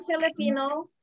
Filipino